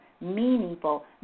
meaningful